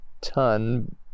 ton